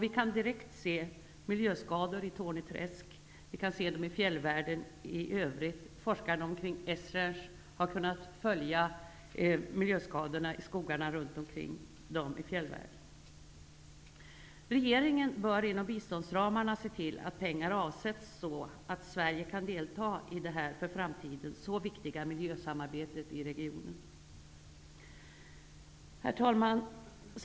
Vi kan direkt se miljöskador i Torne träsk och i fjällvärden i övrigt. Forskarna vid Esrange har kunnat följa miljöskadorna i skogarna runt omkring i fjällvärlden. Regeringen bör inom biståndsramarna se till att pengar avsätts så att Sverige kan delta i det för framtiden så viktiga miljösamarbetet i regionen. Herr talman!